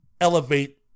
elevate